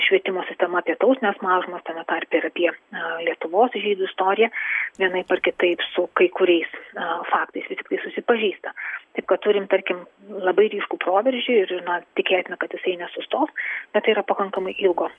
švietimo sistema apie tautines mažumas tame tarpe ir apie lietuvos žydų istoriją vienaip ar kitaip su kai kuriais faktais vis tiktai susipažįsta taip kad turim tarkim labai ryškų proveržį ir na tikėtina kad jisai nesustos na tai yra pakankamai ilgos